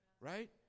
Right